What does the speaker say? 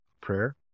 Prayer